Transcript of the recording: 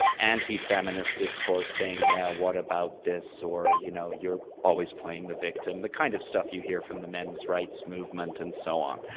anti-feminist discourse saying, yeah, what about this, or, you know you're always playing the victim, the kind of stuff you hear from the men's rights movement and so on.